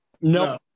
No